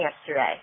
yesterday